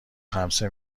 خمسه